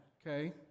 okay